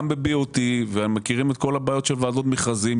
גם ב-BOT, ומכירים את כל הבעיות של ועדות מכרזים.